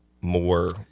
more